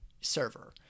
server